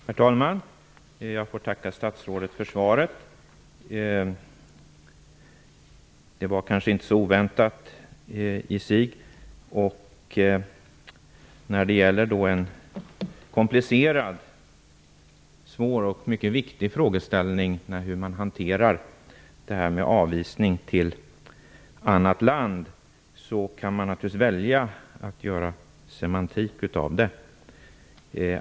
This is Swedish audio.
Herr talman! Jag får tacka statsrådet för svaret. Det var kanske inte så oväntat i sig. När det gäller en komplicerad, svår och mycket viktig frågeställning, nämligen hur man hanterar avvisning till annat land kan man naturligtvis välja att göra semantik av det.